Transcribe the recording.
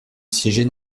siéger